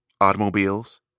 automobiles